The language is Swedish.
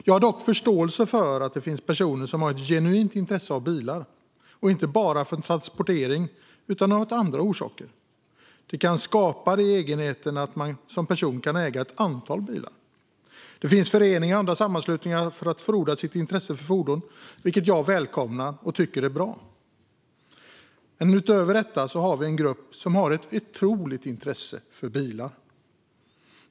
Jag har dock förståelse för att det finns personer som har ett genuint intresse av bilar, inte bara för transportering utan av andra orsaker. Detta kan skapa den egenheten att man som person kan äga ett antal bilar. Det finns föreningar och andra sammanslutningar där man kan odla sitt intresse för fordon, vilket jag välkomnar och tycker är bra. Men utöver detta har vi en grupp som har ett otroligt intresse för bilar.